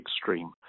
extreme